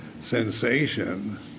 sensation